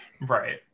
Right